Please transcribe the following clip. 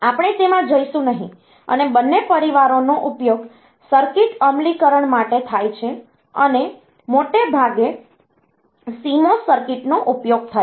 આપણે તેમાં જઈશું નહીં અને બંને પરિવારોનો ઉપયોગ સર્કિટ અમલીકરણ માટે થાય છે અને મોટે ભાગે CMOS સર્કિટનો ઉપયોગ થાય છે